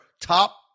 top